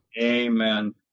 Amen